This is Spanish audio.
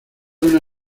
una